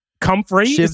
Comfrey